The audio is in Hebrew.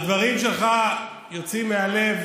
הדברים שלך יוצאים מהלב